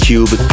Cube